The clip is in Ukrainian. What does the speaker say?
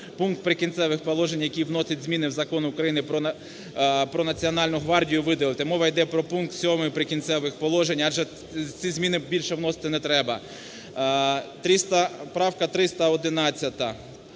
Пункт "Прикінцевих положень", який вносить зміни в Закон України "Про Національну гвардію", видалити. Мова йде про пункт 7 "Прикінцевих положень", адже ці зміни більше вносити не треба. Правка 311.